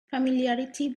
familiarity